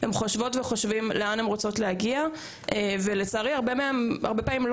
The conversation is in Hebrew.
וחושבות וחושבים לאן הם רוצים להגיע ולצערי הרבה פעמים הסטודנטיות